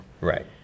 Right